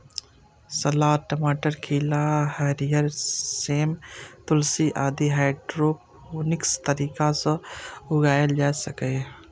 सलाद, टमाटर, खीरा, हरियर सेम, तुलसी आदि हाइड्रोपोनिक्स तरीका सं उगाएल जा सकैए